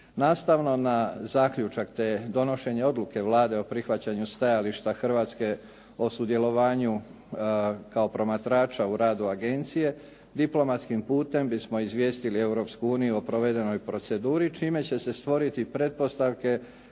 Nastavno na zaključak, te donošenje odluke Vlade o prihvaćanju stajališta Hrvatske o sudjelovanju kao promatrača u radu agencije diplomatskim putem bismo izvijestili Europsku uniju o provedenoj proceduri čime će se stvoriti pretpostavke